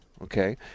Okay